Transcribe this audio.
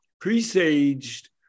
presaged